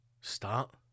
start